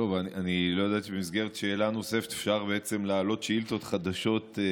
לא ידעתי שבמסגרת שאלה נוספת אפשר להעלות שאילתות חדשות.